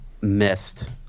missed